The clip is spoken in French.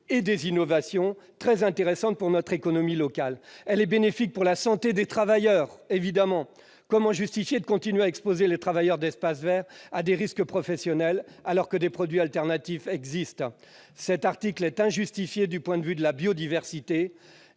et des innovations très intéressantes pour notre économie locale. Elle est évidemment bénéfique pour la santé des travailleurs : comment justifier de continuer à exposer les travailleurs d'espaces verts à des risques professionnels alors que des produits alternatifs existent ? En outre, l'article est injustifié du point de vue de la biodiversité.